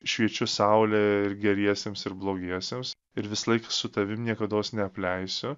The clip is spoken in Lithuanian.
šviečiu saule ir geriesiems ir blogiesiems ir visąlaik su tavim niekados neapleisiu